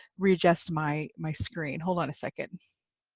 readjust my my screen hold on a second.